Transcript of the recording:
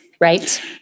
right